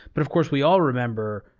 but of course we all remember,